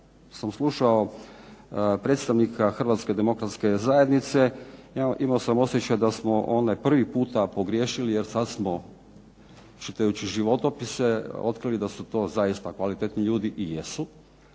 sam slušao predstavnika Hrvatske demokratske zajednice imao sam osjećaj da smo onda prvi puta pogriješili jer sad smo, čitajući životopise otkrili da su to zaista kvalitetni ljudi i jesu